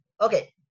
Okay